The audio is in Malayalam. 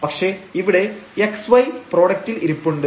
പക്ഷേ ഇവിടെ xy പ്രൊഡക്റ്റിൽ ഇരിപ്പുണ്ട്